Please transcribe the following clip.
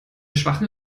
schwachem